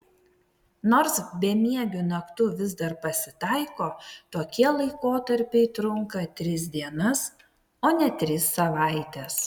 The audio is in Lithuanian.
nors bemiegių naktų vis dar pasitaiko tokie laikotarpiai trunka tris dienas o ne tris savaites